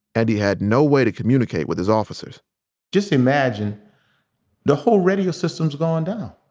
and he had no way to communicate with his officers just imagine the whole radio system's gone down.